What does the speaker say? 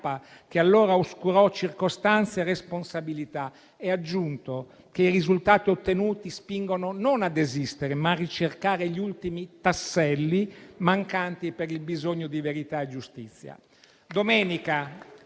che allora «oscurò circostanze e responsabilità» e ha aggiunto che «i risultati ottenuti spingono a non desistere, a ricercare» gli ultimi «tasselli mancanti» per il «bisogno di verità e giustizia».